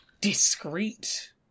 Discreet